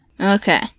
Okay